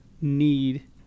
need